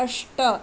अष्ट